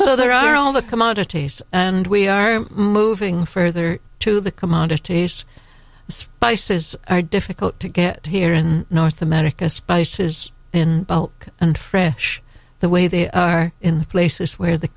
so there are all the commodities and we are moving further to the commodity spices are difficult to get here in north america spices and fresh the way they are in the places where the